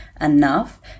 enough